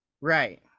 Right